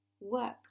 work